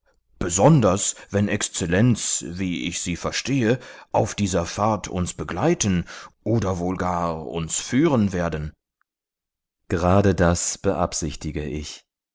besonders wenn exzellenz wie ich sie verstehe auf dieser fahrt uns begleiten oder wohl gar uns führen werden gerade das beabsichtige ich